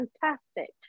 fantastic